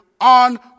on